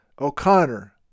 O'Connor